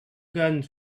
guns